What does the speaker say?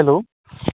hello